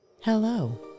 Hello